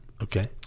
Okay